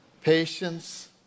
patience